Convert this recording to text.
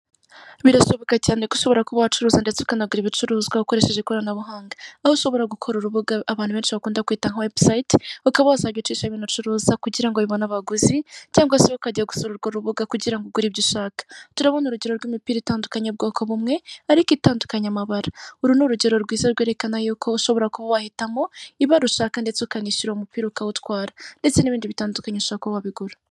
Birashoboka cyane ko ushobora kuba wacuruza ndetse ukanagura ibicuruzwa ukoresheje ikorana buhanga, aho ushobora gukora urubuga abantu benshi bakunda kwita nka webusayiti, ukaba wazajya ucishaho ibintu ucuruza kugira ngo bibone abaguzi cyangwa ukajya gusura urwo rubuga kugira ngo ugure ibyo ushaka. Turabona urugero rw'imipira itandukanye y'ubwoko bumwe ariko itandukanye amabara, uru ni urugero rwiza rwerekana yuko ushobora kuba wahitamo ibara ushaka ndetse ukanishyura uwo mupira ukawutwara, ndetse n'ibindi bitandukanye ushobora kuba wabigura.